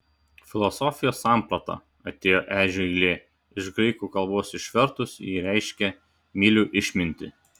filosofijos samprata atėjo ežio eilė iš graikų kalbos išvertus ji reiškia myliu išmintį